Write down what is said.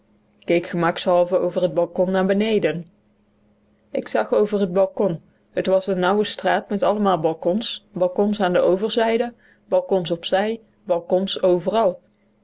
keek gemakshalve over het balkon naar beneden ik zag over het balkon het was een nauwe straat met allemaal balkons balkons aan de overzijde balkons op zij balkons overal